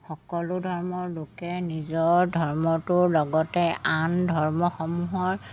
সকলো ধৰ্মৰ লোকে নিজৰ ধৰ্মটোৰ লগতে আন ধৰ্মসমূহৰ